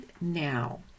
now